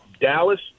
Dallas